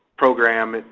program.